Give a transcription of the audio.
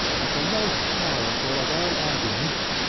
but the most powerful of all arguments,